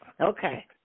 Okay